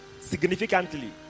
significantly